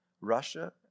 Russia